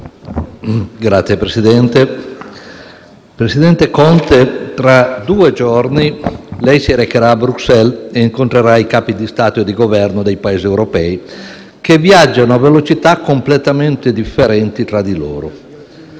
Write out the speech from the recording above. *(FI-BP)*. Presidente Conte, tra due giorni lei si recherà a Bruxelles e incontrerà i Capi di Stato e di Governo dei Paesi europei, che viaggiano a velocità completamente differenti tra di loro.